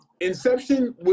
Inception